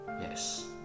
Yes